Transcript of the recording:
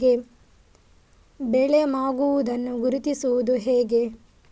ಬೆಳೆ ಮಾಗುವುದನ್ನು ಗುರುತಿಸುವುದು ಹೇಗೆ?